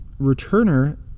returner